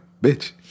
bitch